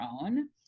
own